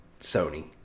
Sony